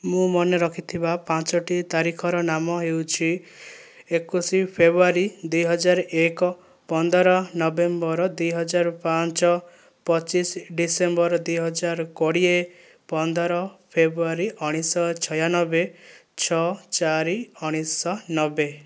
ମୁଁ ମନେ ରଖିଥିବା ପାଞ୍ଚୋଟି ତାରିଖର ନାମ ହେଉଛି ଏକୋଇଶ ଫେବୃଆରୀ ଦୁଇହଜାର ଏକ ପନ୍ଦର ନଭେମ୍ବର ଦୁଇହଜାର ପାଞ୍ଚ ପଚିଶ ଡିସେମ୍ବର ଦୁଇହଜାର କୋଡ଼ିଏ ପନ୍ଦର ଫେବୃଆରୀ ଉଣେଇଶ ଛୟାନବେ ଛଅ ଚାରି ଉଣେଇଶ ନବେ